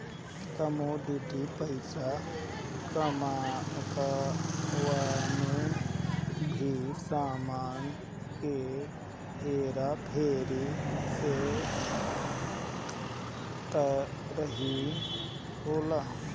commodity पईसा कवनो भी सामान के हेरा फेरी के तरही होला